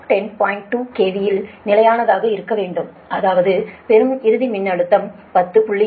2 KV இல் நிலையானதாக இருக்க வேண்டும் அதாவது பெறும் இறுதி மின்னழுத்தம் 10